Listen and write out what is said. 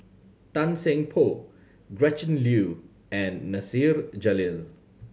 Tan Seng Poh Gretchen Liu and Nasir Jalil